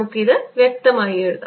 നമുക്ക് ഇത് വ്യക്തമായി എഴുതാം